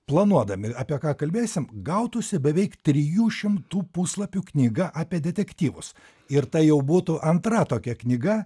planuodami apie ką kalbėsim gautųsi beveik trijų šimtų puslapių knyga apie detektyvus ir tai jau būtų antra tokia knyga